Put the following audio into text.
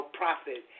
profit